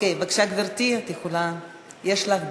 בבקשה, גברתי, את יכולה, יש לך דקה.